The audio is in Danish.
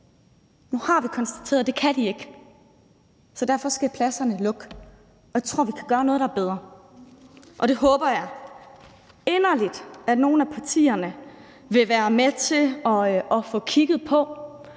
Nu har vi konstateret, at det kan de ikke, så derfor skal pladserne lukke. Og jeg tror, at vi kan gøre noget, der er bedre. Det håber jeg inderligt at nogle af partierne vil være med til at få kigget på.